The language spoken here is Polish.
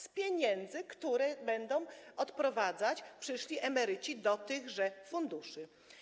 Z pieniędzy, które będą odprowadzać przyszli emeryci do tychże funduszy.